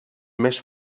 més